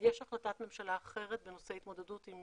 יש החלטת ממשלה אחרת בנושא התמודדות עם